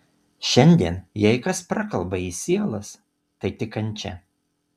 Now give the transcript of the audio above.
šiandien jei kas prakalba į sielas tai tik kančia